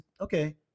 okay